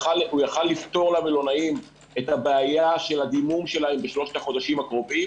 יכול לפתור למלונאים את הדימום בשלושת החודשים הקרובים